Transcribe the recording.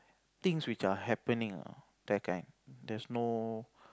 things which are happening ah that kind there's no